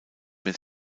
mehr